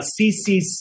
CCC